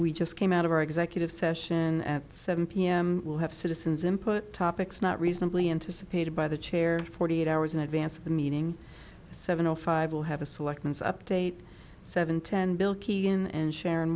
we just came out of our executive session at seven pm will have citizens input topics not reasonably anticipated by the chair forty eight hours in advance of the meeting seven o five will have a selections update seven ten bill key an and sharon